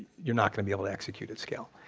you're not going to be able to execute at scale.